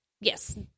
Yes